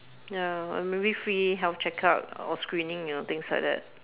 ya or maybe free health check up or screening you know things like that